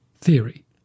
theory